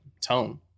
tone